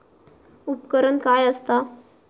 उपकरण काय असता?